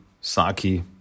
Saki